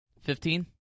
Fifteen